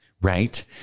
Right